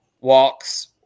walks